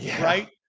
right